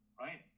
Right